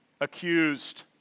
accused